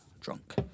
drunk